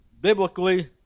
biblically